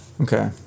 Okay